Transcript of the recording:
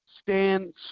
stand